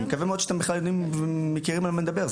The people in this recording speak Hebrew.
אני מקווה שאתם בכלל יודעים ומכירים על מה שאני מדבר,